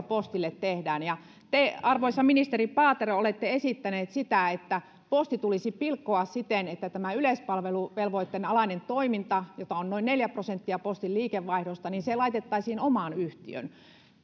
postille tehdään ja te arvoisa ministeri paatero olette esittänyt että posti tulisi pilkkoa siten että yleispalveluvelvoitteen alainen toiminta jota on noin neljä prosenttia postin liikevaihdosta laitettaisiin omaan yhtiöön